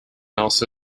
also